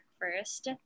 first